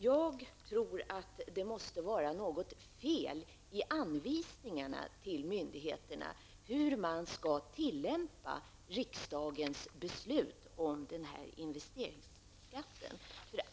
Jag tror att det måste vara något fel i anvisningarna till myndigheterna om hur man skall tillämpa riksdagens beslut om investeringsskatten.